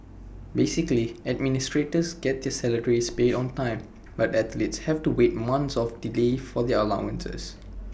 basically administrators get their salaries paid on time but athletes have to wait months of delay for their allowances